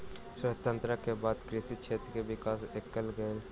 स्वतंत्रता के बाद कृषि क्षेत्र में विकास कएल गेल